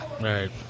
Right